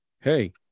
hey